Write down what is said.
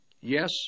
Yes